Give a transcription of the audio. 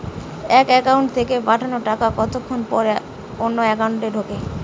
এক একাউন্ট থেকে পাঠানো টাকা কতক্ষন পর অন্য একাউন্টে ঢোকে?